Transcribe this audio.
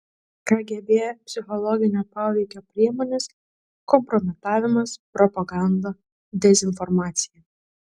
kgb psichologinio poveikio priemonės kompromitavimas propaganda dezinformacija